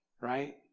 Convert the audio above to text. right